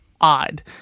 odd